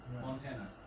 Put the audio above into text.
Montana